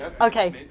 Okay